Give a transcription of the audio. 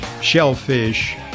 shellfish